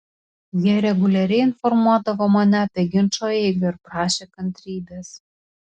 jie reguliariai informuodavo mane apie ginčo eigą ir prašė kantrybės